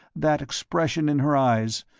that expression in her eyes,